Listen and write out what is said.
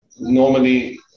Normally